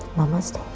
namaste.